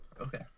Okay